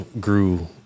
grew